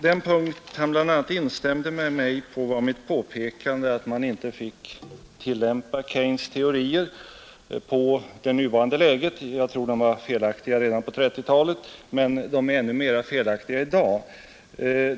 Den punkt där han bl.a. instämde med mig gällde mitt påpekande att man inte fick tillämpa Keynes” teorier på det nuvarande läget. Jag tror att de var felaktiga redan på 1930-talet, men de är ännu mera felaktiga i dag.